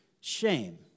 shame